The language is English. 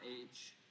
age